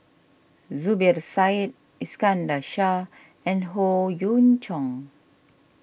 Zubir Said Iskandar Shah and Howe Yoon Chong